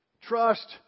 trust